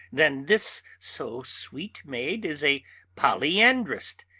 then this so sweet maid is a polyandrist,